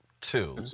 two